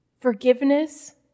forgiveness